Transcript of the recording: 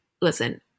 listen